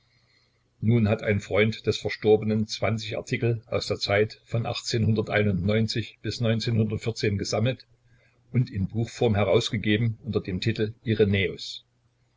nun hat ein freund des verstorbenen zwanzig artikel aus der zeit von bis gesammelt und in buchform herausgegeben unter dem titel